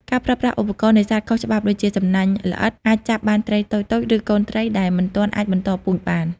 ការប្រើប្រាស់ឧបករណ៍នេសាទខុសច្បាប់ ដូចជាសំណាញ់ល្អិត អាចចាប់បានត្រីតូចៗ ឬកូនត្រីដែលមិនទាន់អាចបន្តពូជបាន។